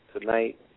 tonight